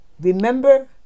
Remember